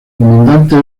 comandante